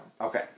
Okay